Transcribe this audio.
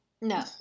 No